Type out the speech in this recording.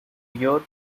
york